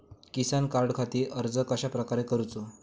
किसान कार्डखाती अर्ज कश्याप्रकारे करूचो?